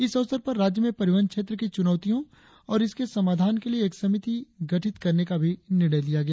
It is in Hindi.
इस अवसर पर राज्य में परिवहन क्षेत्र की चनौतियों और हसे समाधान के लिए एक समिति के सदन का भी निर्णय लिया गया